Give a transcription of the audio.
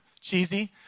cheesy